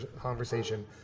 conversation